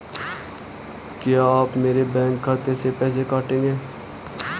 क्या आप मेरे बैंक खाते से पैसे काटेंगे?